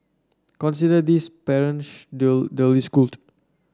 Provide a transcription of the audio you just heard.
consider this parent duly schooled